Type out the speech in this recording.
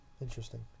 Interesting